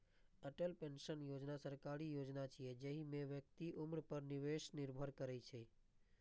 Atal pension Yojana सरकारी योजना छियै, जाहि मे व्यक्तिक उम्र पर निवेश निर्भर करै छै